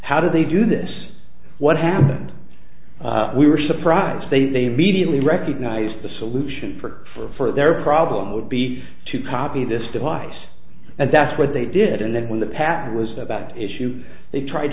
how do they do this what happened we were surprised they immediately recognized the solution for their problem would be to copy this device and that's what they did and then when the patent was about issue they tried